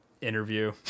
interview